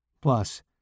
Plus